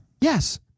Yes